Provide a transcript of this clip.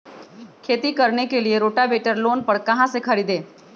खेती करने के लिए रोटावेटर लोन पर कहाँ से खरीदे?